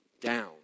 down